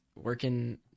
working